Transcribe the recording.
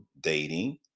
dating